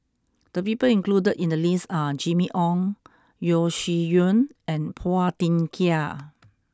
the people included in the list are Jimmy Ong Yeo Shih Yun and Phua Thin Kiay